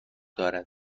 دارد